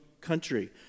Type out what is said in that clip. country